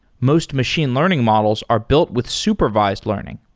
most machine learning models are built with supervised learning.